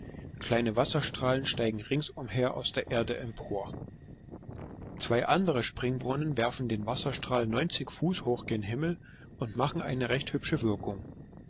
kleine wasserstrahlen steigen ringsumher aus der erde empor zwei andere springbrunnen werfen den wasserstrahl neunzig fuß hoch gen himmel und machen eine recht hübsche wirkung